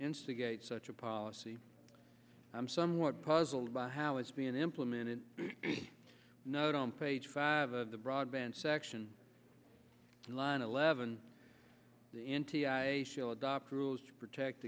instigate such a policy i'm somewhat puzzled by how it's been implemented note on page five of the broadband section line eleven adopt rules to protect